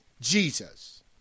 Jesus